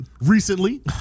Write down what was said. Recently